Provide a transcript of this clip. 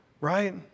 right